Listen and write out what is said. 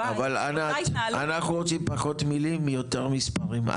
אבל אנחנו רוצים פחות מילים ויותר מספרים.